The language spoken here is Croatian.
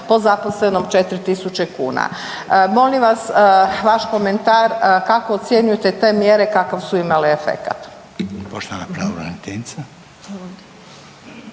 po zaposlenom 4.000 kuna. Molim vas vaš komentar kako ocjenjujete te mjere kakav su imale efekat?